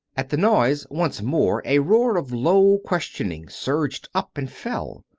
at the noise once more a roar of low questioning surged up and fell.